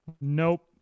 Nope